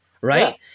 right